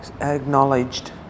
acknowledged